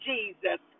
Jesus